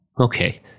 Okay